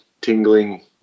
tingling